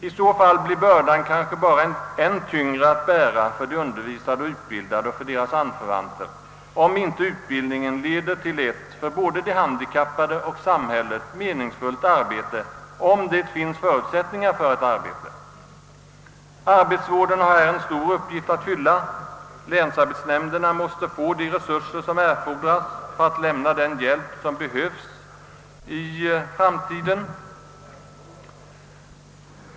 I så fall blir bördan kanske bara tyngre att bära för de undervisade och utbildade och för deras anförvanter, om inte utbildningen leder till ett för både de handikappade och samhället meningsfullt arbete — om det finns förutsättningar för ett arbete. Arbetsvården har här en stor uppgift att fylla. Länsarbetsnämnderna måste få de resurser som erfordras för att i framtiden limna den hjälp som behövs.